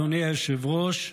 אדוני היושב-ראש,